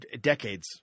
decades